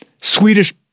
Swedish